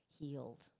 healed